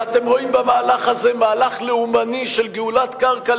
ואתם רואים במהלך הזה מהלך לאומני של גאולת קרקע,